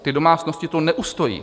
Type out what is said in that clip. Ty domácnosti to neustojí!